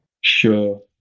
Sure